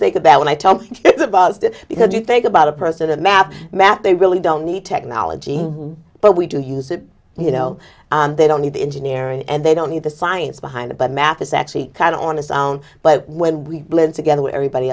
think about when i talk about it because you think about a person a map map they really don't need technology but we do use it you know they don't need the engineering and they don't need the science behind it but math is actually kind of on a sound but when we blend together with everybody